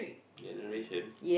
generation